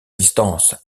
distance